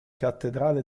cattedrale